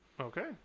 Okay